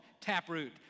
taproot